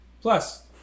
plus